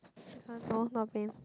my mouth not pain